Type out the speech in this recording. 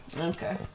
Okay